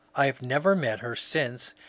i have never met her since,